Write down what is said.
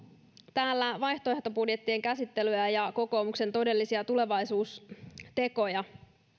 täällä vaihtoehtobudjettien käsittelyä ja kokoomuksen todellisia tulevaisuustekoja